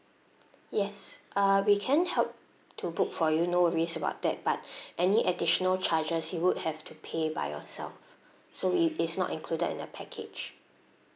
yes err we can help to book for you no worries about that but any additional charges you would have to pay by yourself so it is not included in the package